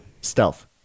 Stealth